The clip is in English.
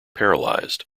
paralyzed